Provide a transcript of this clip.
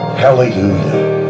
Hallelujah